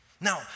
Now